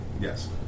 Yes